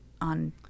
on